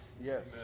Yes